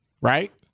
Right